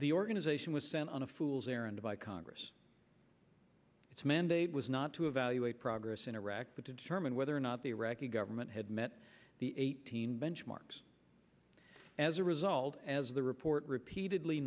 the organization was sent on a fool's errand by congress its mandate was not to evaluate progress in iraq but to determine whether or not the iraqi government had met the eighteen benchmarks as a result as the report repeatedly